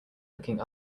looking